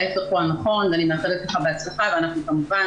ההיפך הוא הנכון ואני מאחלת לך בהצלחה ואנחנו כמובן